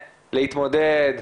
להתמודד,